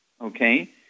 Okay